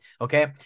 okay